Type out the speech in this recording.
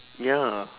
ya lah